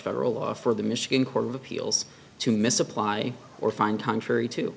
federal law for the michigan court of appeals to misapply or find country to